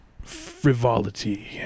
frivolity